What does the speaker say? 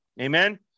amen